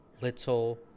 little